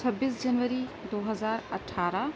چھبیس جنوری دو ہزار اٹھارہ